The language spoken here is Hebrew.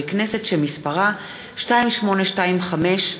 מתורגמנים ויומנאים), התשע"ז 2016,